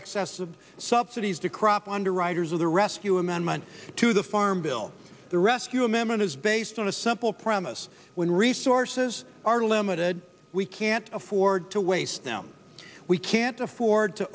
access of subsidies to crop underwriters of the rescue amendment to the farm bill the rescue remember it is based on a simple promise when resources are limited we can't afford to waste now we can't afford to